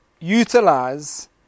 utilize